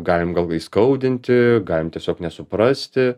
galim gal įskaudinti galim tiesiog nesuprasti